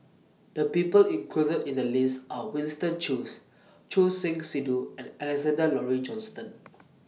The People included in The list Are Winston Choos Choor Singh Sidhu and Alexander Laurie Johnston